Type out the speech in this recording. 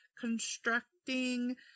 constructing